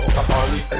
Safari